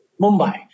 Mumbai